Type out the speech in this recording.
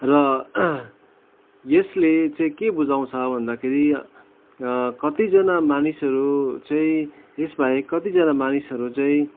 र यसले चाहिँ के बुझाउँछ भन्दाखेरि कतिजना मानिसहरू चाहिँ यसबाहेक कतिजना मानिसहरू चाहिँ